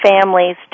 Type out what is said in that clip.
families